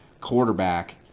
quarterback